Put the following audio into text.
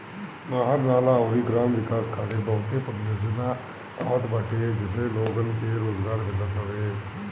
नहर, नाला अउरी ग्राम विकास खातिर बहुते परियोजना आवत बाटे जसे लोगन के रोजगार मिलत हवे